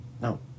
No